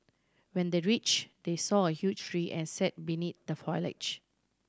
when they reached they saw a huge tree and sat beneath the foliage